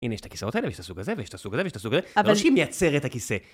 הנה יש את הכיסאות האלה, ויש את הסוג הזה, ויש את הסוג הזה, ויש את הסוג הזה. אבל... לא שאני מייצר את הכיסא.